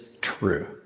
true